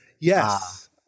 Yes